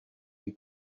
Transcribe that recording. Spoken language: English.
you